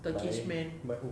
by who